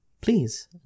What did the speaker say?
Please